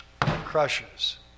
crushes